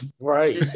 right